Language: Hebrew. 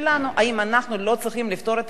האם אנחנו לא צריכים לפתור את הבעיה הזו?